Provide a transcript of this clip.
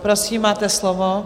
Prosím, máte slovo.